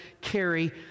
carry